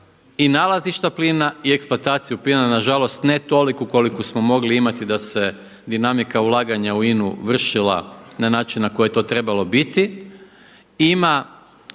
i nalazišta plina i eksploataciju plina na žalost ne toliku koliku smo mogli imati da se dinamika ulaganja u INA-u vršila na način na koji je to trebalo biti. I ima